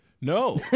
No